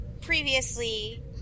Previously